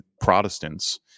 Protestants